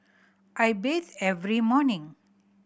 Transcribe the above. I bathe every morning